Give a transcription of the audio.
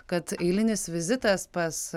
kad eilinis vizitas pas